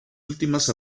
últimas